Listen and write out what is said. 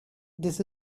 this